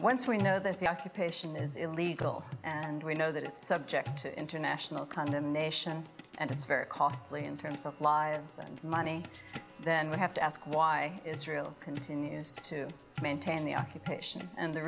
once we know that the occupation is illegal and we know that it's subject to international condemnation and it's very costly in terms of lives and money then we have to ask why israel continues to maintain the occupation and the